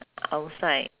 outside